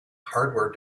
hardware